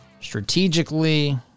strategically